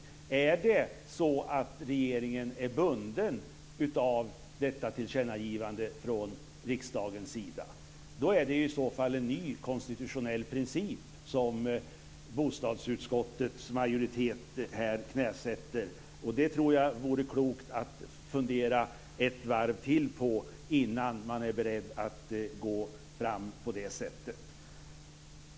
Är det så att regeringen är bunden till detta tillkännagivande från riksdagens sida, är det i så fall en ny konstitutionell princip som bostadsutskottets majoritet knäsätter. Då tror jag att det vore klokt att fundera ett varv till på detta innan man är beredd att gå fram på det sättet.